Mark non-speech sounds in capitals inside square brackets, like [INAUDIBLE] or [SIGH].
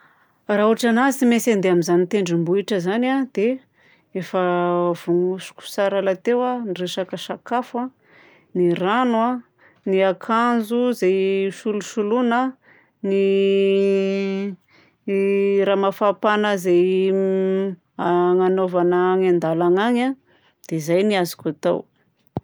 Raha ôtranahy tsy maintsy handeha amin'izany tendrombohitra zany a, dia efa vognosoko tsara lahateo a ny resaka sakafo a, ny rano a, ny akanjo zay isolosoloana, ny [HESITATION] ny raha mafapana zay [HESITATION] agnanovagna any an-dalagna agny a. Dia zay no azoko atao.